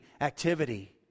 activity